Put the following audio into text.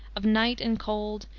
of night and cold,